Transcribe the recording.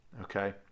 okay